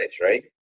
right